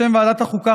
בשם ועדת החוקה,